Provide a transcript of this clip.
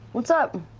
what's up?